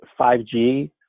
5G